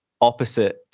opposite